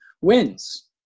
wins